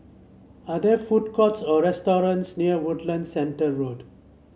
are there food courts or restaurants near Woodlands Centre Road